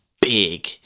big